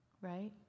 right